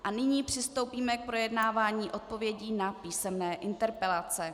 A nyní přistoupíme k projednávání odpovědí na písemné interpelace.